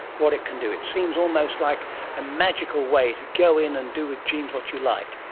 what it can do? it seems almost like a magical way to go in and do with genes what you like.